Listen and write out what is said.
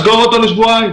סגור את המקום לשבועיים.